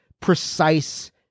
precise